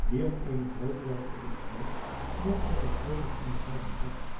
wierp eenig reukwerk op het vuur dat hij zorgvuldig onderhouden had